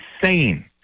insane